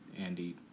Andy